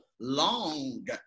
long